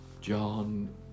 John